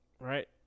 Right